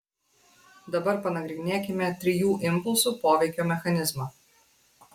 dabar panagrinėkime trijų impulsų poveikio mechanizmą